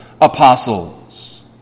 apostles